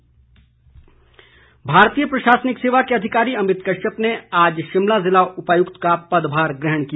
DC Shimla भारतीय प्रशासनिक सेवा के अधिकारी अमित कश्यप ने आज शिमला जिला उपायुक्त का पद भार ग्रहण किया